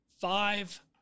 five